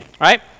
right